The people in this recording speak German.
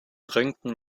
röntgen